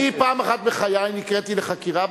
אני פעם אחת בחיי נקראתי לחקירה.